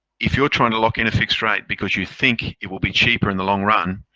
if you're trying to lock in a fixed rate because you think it will be cheaper in the long run,